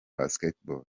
basketball